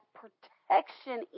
protection